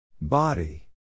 Body